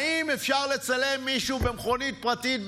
האם אפשר לצלם מישהו במכונית פרטית,